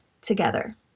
together